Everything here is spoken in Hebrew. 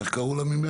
איך קראו לחבר הכנסת?